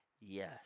Yes